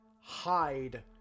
hide